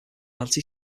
anti